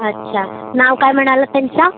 अच्छा नाव काय म्हणालात त्यांचं